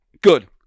Good